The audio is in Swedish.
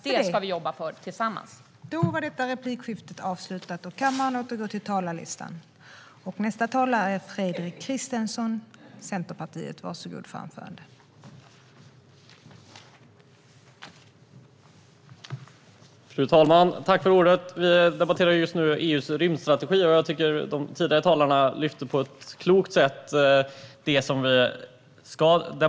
Detta ska vi tillsammans jobba för.